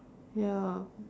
ya